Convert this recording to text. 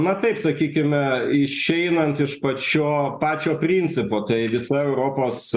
na taip sakykime išeinant iš pačio pačio principo tai visa europos